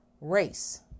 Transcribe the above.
race